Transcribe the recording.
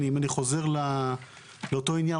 אם אני חוזר לאותו עניין,